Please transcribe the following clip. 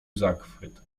zachwyt